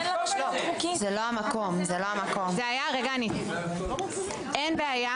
אין בעיה